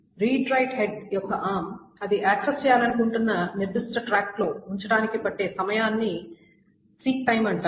read write head యొక్క arm అది access చేయాలనుకుంటున్న నిర్దిష్ట ట్రాక్లో ఉంచడానికి పట్టే సమయాన్ని సీక్ టైం అంటారు